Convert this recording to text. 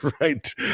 Right